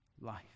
life